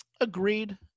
Agreed